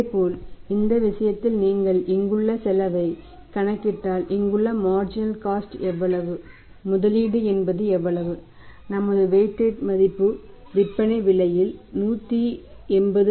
இதேபோல் இந்த விஷயத்தில் நீங்கள் இங்குள்ள செலவைக் கணக்கிட்டால் இங்குள்ள மார்ஜினல் காஸ்ட் மதிப்பு விற்பனை விலையில் 180